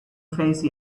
face